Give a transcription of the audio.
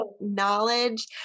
knowledge